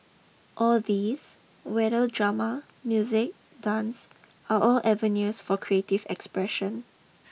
all these whether drama music dance are all avenues for creative expression